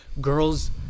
girls